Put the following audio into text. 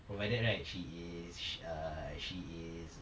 provided right she is sh~ err she is